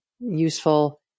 useful